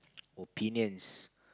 opinions